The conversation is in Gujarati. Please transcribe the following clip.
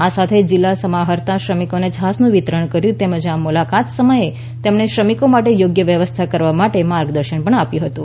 આ સાથે જિલ્લા સમાહર્તાએ શ્રમિકોને છાસનું વિતરણ કર્યું તેમજ આ મુલાકાત સમયે તેમણે શ્રમિકો માટે યોગ્ય વ્યવસ્થાઓ કરવા માટે માર્ગદર્શન આપ્યું હતું